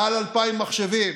מעל 2,000 מחשבים.